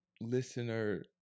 listener